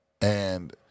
and-